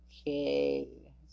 okay